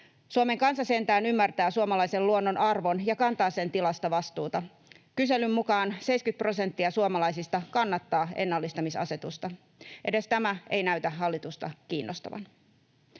Suomen kansa sentään ymmärtää suomalaisen luonnon arvon ja kantaa sen tilasta vastuuta. Kyselyn mukaan 70 prosenttia suomalaisista kannattaa ennallistamisasetusta. Edes tämä ei näytä hallitusta kiinnostavan.